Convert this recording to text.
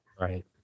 Right